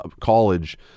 college